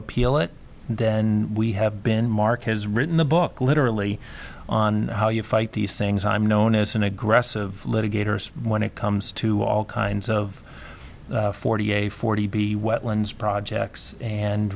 appeal it then we have been marc has written the book literally on how you fight these things i'm known as an aggressive litigators when it comes to all kinds of forty a forty b wetlands projects and